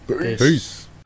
peace